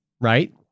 right